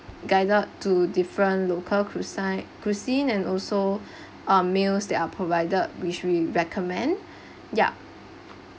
guided to different local cuisine and also um meals that are provided which we recommend yup